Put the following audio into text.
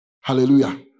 Hallelujah